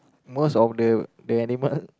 most of the the animal